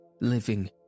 living